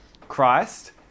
Christ